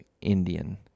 Indian